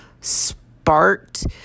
sparked